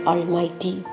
Almighty